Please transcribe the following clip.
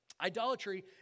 Idolatry